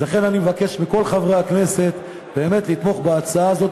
לכן אני מבקש מכל חברי הכנסת באמת לתמוך בהצעה הזאת